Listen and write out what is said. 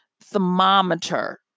thermometer